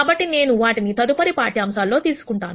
కాబట్టి నేను వాటిని తదుపరి పాఠ్యాంశంలో తీసుకుంటాను